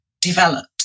developed